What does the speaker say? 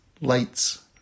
lights